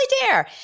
Dare